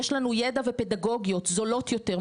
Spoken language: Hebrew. יש לנו ידע ופדגוגיות זולות יותר,